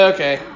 Okay